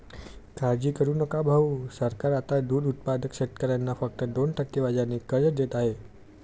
काळजी करू नका भाऊ, सरकार आता दूध उत्पादक शेतकऱ्यांना फक्त दोन टक्के व्याजाने कर्ज देत आहे